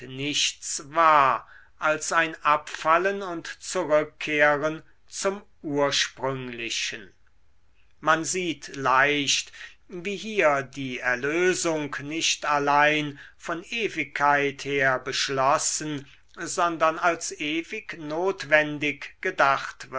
nichts war als ein abfallen und zurückkehren zum ursprünglichen man sieht leicht wie hier die erlösung nicht allein von ewigkeit her beschlossen sondern als ewig notwendig gedacht